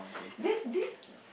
there this